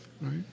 right